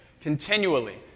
continually